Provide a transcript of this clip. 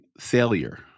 failure